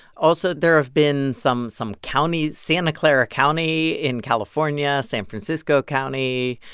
also, there have been some some counties santa clara county in california, san francisco county.